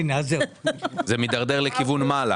זה מתדרדר לכיוון מעלה.